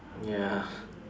ya